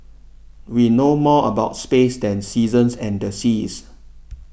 we know more about space than seasons and the seas